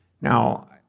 Now